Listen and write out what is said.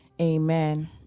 Amen